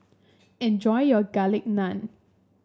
enjoy your Garlic Naan